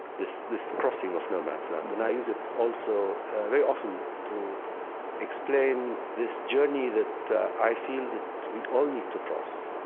this this crossing of no man's land. and i use it also very often to explain this journey that i feel that we all need to cross.